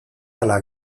ala